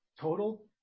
Total